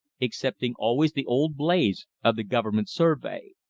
excepting always the old blaze of the government survey.